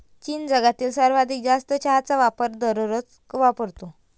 चीन जगातील सर्वाधिक जास्त चहाचा वापर दररोज वापरतो